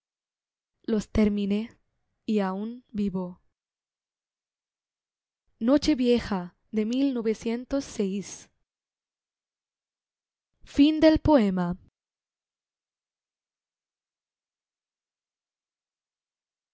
los terminé y aun vivo noche vieja de